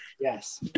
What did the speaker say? Yes